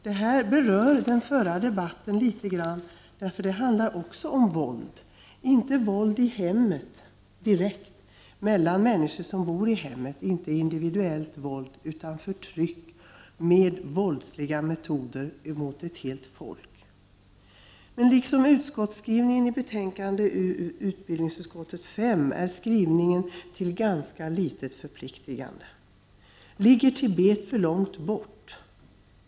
Det här rör den förra debatten litet grand, därför att det handlar också om våld, inte våld mellan människor i hemmet, inte individuellt våld, utan förtryck med våldsmetoder mot ett helt folk. Liksom skrivningen i utbildningsutskottets betänkande 5 är svaret till ganska litet förpliktigande. Ligger Tibet för långt bort?